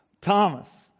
Thomas